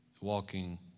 walking